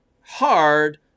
hard